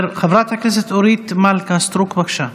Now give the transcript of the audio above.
חברת הכנסת אורית מלכה סטרוק, בבקשה.